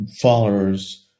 followers